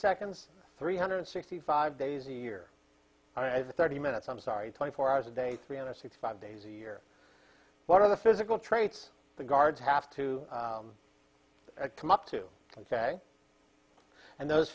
seconds three hundred sixty five days a year thirty minutes i'm sorry twenty four hours a day three hundred sixty five days a year what are the physical traits the guards have to come up to and say and those